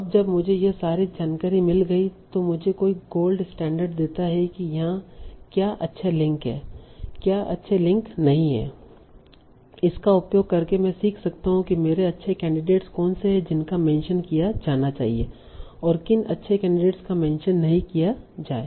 अब जब मुझे यह सारी जानकारी मिल गई तो कोई मुझे गोल्ड स्टैण्डर्ड देता है कि यहाँ क्या अच्छे लिंक हैं क्या अच्छे लिंक नहीं हैं इसका उपयोग करके मैं सीख सकता हूँ कि मेरे अच्छे कैंडिडेटस कौन से हैं जिनका मेंशन किया जाना चाहिए और किन अच्छे कैंडिडेटस का मेंशन नहीं किया जाए